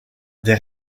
des